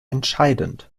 entscheidend